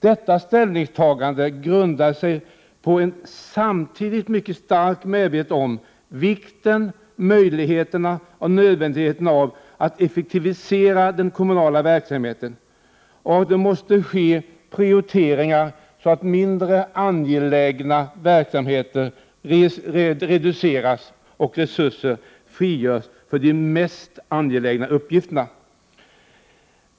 Detta ställningstagande grundar sig på en samtidig mycket stark medvetenhet om vikten, möjligheten och nödvändigheten av att effektivisera den kommunala verksamheten och om att det måste ske prioriteringar så att mindre angelägna verksamheter reduceras för att resurser frigörs för de mest angelägna uppgifterna.